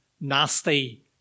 nasty